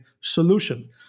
solution